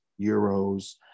euros